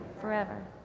forever